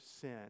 sin